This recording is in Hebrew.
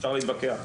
אפשר להתווכח,